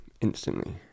instantly